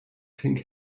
pink